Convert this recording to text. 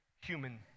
human